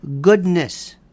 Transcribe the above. Goodness